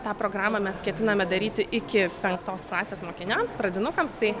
tą programą mes ketiname daryti iki penktos klasės mokiniams pradinukams tai